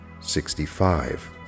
sixty-five